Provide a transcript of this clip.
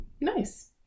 nice